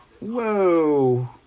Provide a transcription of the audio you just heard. Whoa